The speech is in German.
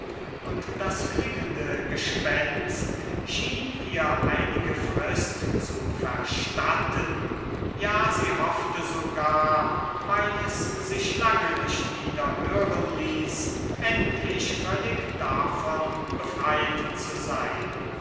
und das klingende gespenst schien ihr einige frist zu verstatten ja sie hoffte sogar weil es sich lange nicht wieder hören ließ endlich völlig davon befreit zu sein